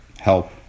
help